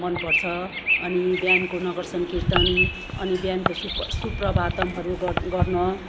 मन पर्छ अनि बिहानको नगर सङ्किर्तान अनि बिहानको सुप्रभातमहरू गर्न